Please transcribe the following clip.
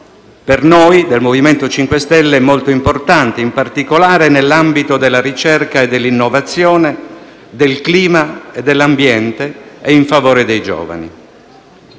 per noi del MoVimento 5 Stelle molto importante in particolare nell'ambito della ricerca e dell'innovazione, del clima e dell'ambiente e in favore dei giovani.